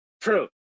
True